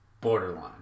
borderline